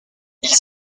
ils